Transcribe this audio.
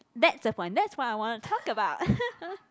that's the point that's what I wanna talk about